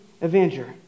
avenger